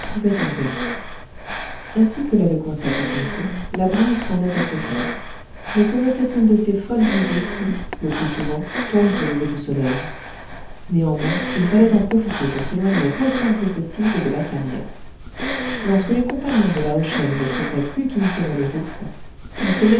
tarder ainsi que l'avait constaté kin fo la brise tendait à se faire mais ce n'était qu'une de ces folles risées qui le plus souvent tombent au lever du soleil néanmoins il fallait en profiter pour s'éloigner autant que possible de la sam yep lorsque les compagnons de lao shen ne trouveraient plus kin fo dans le rouffle ils se